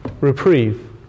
reprieve